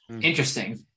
interesting